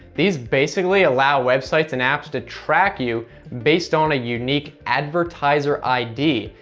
these basically allow websites and apps to track you based on a unique advertiser id,